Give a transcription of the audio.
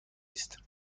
است